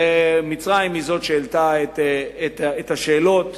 ומצרים היא שהעלתה את השאלות.